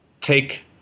take